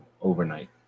overnight